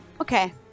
Okay